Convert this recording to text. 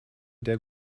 der